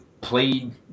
Played